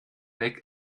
weg